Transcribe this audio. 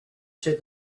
said